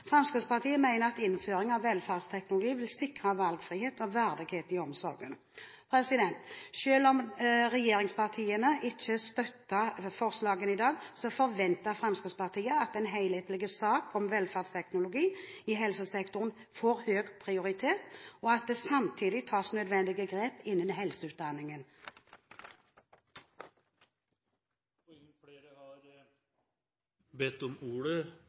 Fremskrittspartiet mener at innføring av velferdsteknologi vil sikre valgfrihet og verdighet i omsorgen. Selv om regjeringspartiene ikke støtter forslagene i dag, forventer Fremskrittspartiet at en helhetlig sak om velferdsteknologi i helsesektoren får høy prioritet, og at det samtidig tas nødvendige grep innen helseutdanningen. Flere har ikke bedt om ordet